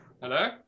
Hello